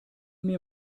mir